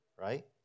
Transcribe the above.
right